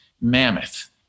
mammoth